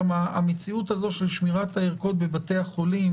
שגם המציאות הזאת של שמירת הערכות בבתי החולים